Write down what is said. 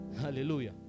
Hallelujah